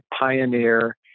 pioneer